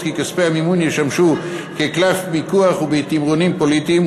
שכספי המימון ישמשו כקלף מיקוח ובתמרונים פוליטיים,